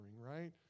right